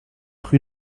rue